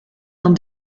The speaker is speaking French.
dans